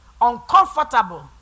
uncomfortable